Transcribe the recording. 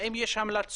האם יש המלצות,